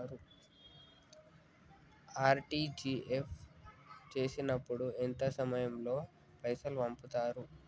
RTGS చేసినప్పుడు ఎంత సమయం లో పైసలు పంపుతరు?